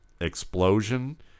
explosion